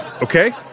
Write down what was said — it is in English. Okay